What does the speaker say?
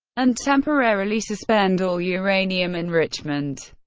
and temporarily suspend all uranium enrichment.